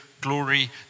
glory